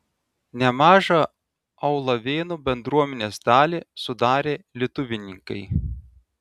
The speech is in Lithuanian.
nemažą aulavėnų bendruomenės dalį sudarė lietuvininkai